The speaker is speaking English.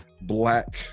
black